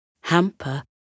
Hamper